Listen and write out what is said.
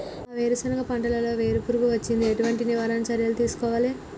మా వేరుశెనగ పంటలలో వేరు పురుగు వచ్చింది? ఎటువంటి నివారణ చర్యలు తీసుకోవాలే?